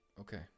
Okay